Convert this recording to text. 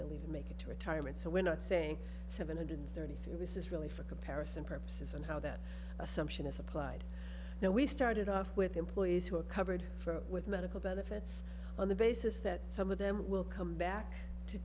they'll even make it to retirement so we're not saying seven hundred thirty three this is really for comparison purposes and how that assumption is applied now we started off with employees who are covered for with medical benefits on the basis that some of them will come back to